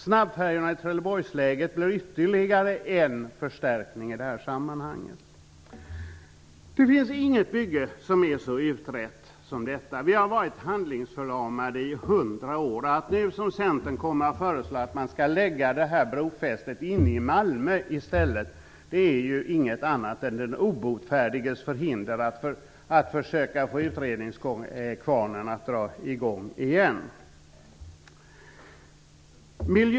Snabbfärjorna i Trelleborgsläget blir ytterligare en förstärkning i det här sammanhanget. Det finns inget bygge som är så utrett som Öresundsbron. Vi har varit handlingsförlamade i hundra år. Att nu, som Centern, föreslå att man i stället skall lägga brofästet inne i Malmö är inget annat än den obotfärdiges förhinder att försöka få utredningskvarnen att dra i gång igen.